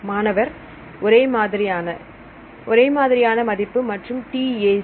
மாணவர் ஒரே மாதிரியான ஒரே மாதிரியான மதிப்பு மற்றும் TAC